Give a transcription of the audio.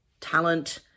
talent